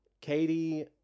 Katie